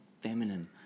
feminine